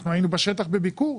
אנחנו היינו בשטח בביקור,